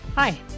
Hi